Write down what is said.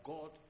God